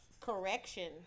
correction